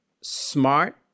smart